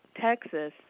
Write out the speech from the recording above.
Texas